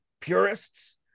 purists